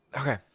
Okay